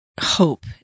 hope